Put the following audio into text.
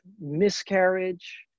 miscarriage